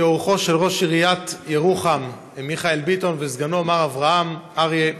כאורחו של ראש עיריית ירוחם מיכאל ביטון וסגנו מר אברהם אריה,